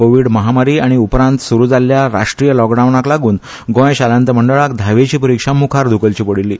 कोवीड महामारी आनी उपरांत स्रू जाल्या राष्ट्रीय लाकडावनाक लागून गोंय शालांत मंडळाक धविची परीक्षा मुखार ध्कलची पडील्ली